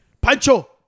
Pancho